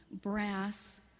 brass